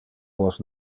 vos